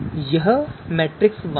यह मैट्रिक्स वहां है